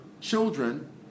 children